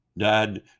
Dad